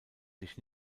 sich